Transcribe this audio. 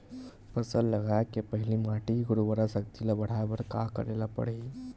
फसल लगाय के पहिली माटी के उरवरा शक्ति ल बढ़ाय बर का करेला पढ़ही?